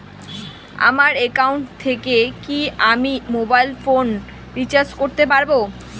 আমার একাউন্ট থেকে কি আমি মোবাইল ফোন রিসার্চ করতে পারবো?